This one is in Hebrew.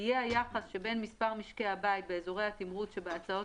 תהיה היחס שבין מספר משקי הבית באזורי התמרוץ שבהצעות